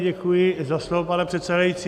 Děkuji za slovo, pane předsedající.